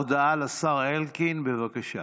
הודעה לשר אלקין, בבקשה.